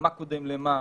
מה קודם למה.